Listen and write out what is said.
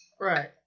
Right